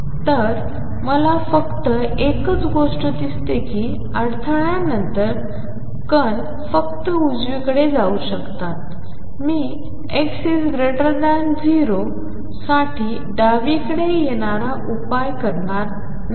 तर मला फक्त एकच गोष्ट दिसते की अडथळानंतर कण फक्त उजवीकडे जाऊ शकतात मी x 0 साठी डावीकडे येणारा उपाय घेणार नाही